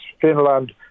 Finland